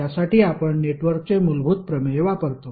त्यासाठी आपण नेटवर्कचे मूलभूत प्रमेय वापरतो